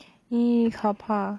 !ee! 可怕